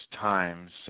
times